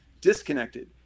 disconnected